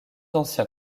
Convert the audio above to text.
ancien